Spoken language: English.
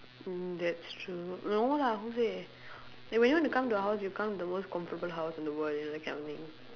that's true no lah who say when you want to come to a house you come to the most comfortable house in the world you know that kind of thing